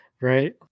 right